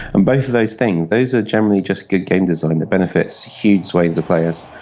and both of those things, those are generally just good game design that benefits huge swathes of players.